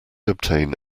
obtain